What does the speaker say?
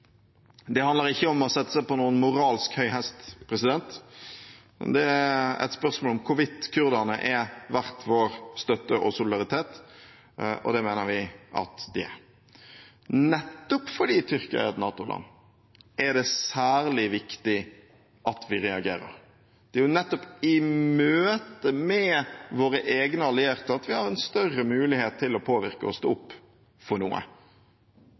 Det handler ikke om å sette seg på noen moralsk høy hest. Det er et spørsmål om hvorvidt kurderne er verdt vår støtte og solidaritet, og det mener vi at de er. Nettopp fordi Tyrkia er et NATO-land, er det særlig viktig at vi reagerer. Det er jo nettopp i møte med våre egne allierte at vi har større mulighet til å påvirke og stå opp for noe